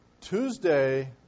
Tuesday